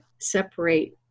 separate